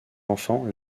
enfant